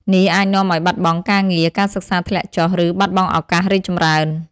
នេះអាចនាំឱ្យបាត់បង់ការងារ ការសិក្សាធ្លាក់ចុះ ឬបាត់បង់ឱកាសរីកចម្រើន។